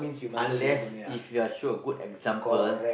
unless if you're show good example